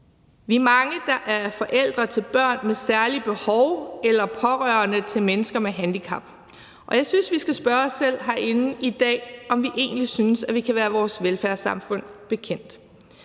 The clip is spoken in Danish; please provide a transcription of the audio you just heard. Vi er mange, der er forældre til børn med særlige behov eller pårørende til mennesker med handicap, og jeg synes, at vi skal spørge os selv herinde i dag, om vi egentlig synes, at vi kan være vores velfærdssamfund bekendt.